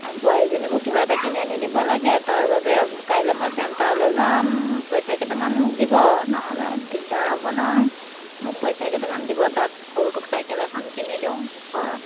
আৰু বোৱাৰীজনীকো কিবা এটা কিনি আনি দিব লাগে তাৰ বাবে কাইলৈ মই চেণ্টাৰলৈ যাম পইচা কেইটামান মোক দিব নহ'লে দিগদাৰ হ'ব নহয় মোক পইচা কেইটামান দিব তাক সৰুটোক চাইকেল এখন কিনি দিওঁ ঘৰৰ